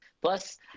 Plus